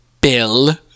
Bill